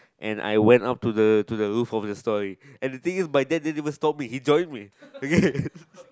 and I went up to the to the roof of the story and the thing is by then didn't even stomp me he join me okay